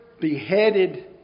beheaded